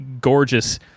gorgeous